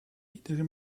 iedere